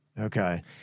Okay